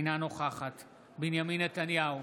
אינה נוכחת בנימין נתניהו,